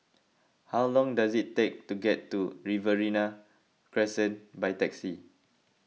how long does it take to get to Riverina Crescent by taxi